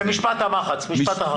ומשפט המחץ, משפט אחרון.